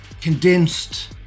condensed